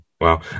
wow